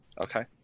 Okay